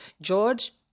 George